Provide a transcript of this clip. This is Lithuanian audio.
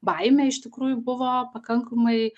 baimė iš tikrųjų buvo pakankamai